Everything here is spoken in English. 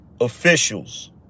officials